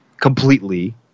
completely